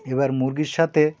এবার মুরগির সাথে